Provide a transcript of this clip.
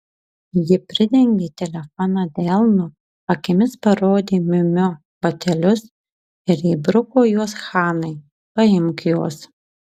ji pridengė telefoną delnu akimis parodė miu miu batelius ir įbruko juos hanai paimk juos